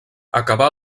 acabar